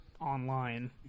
online